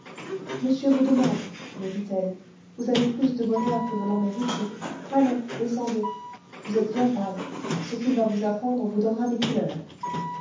monsieur vous demande me dit-elle vous avez plus de bonheur que vous n'en méritez allons descendez vous êtes bien pâle ce qu'il va vous apprendre vous donnera des couleurs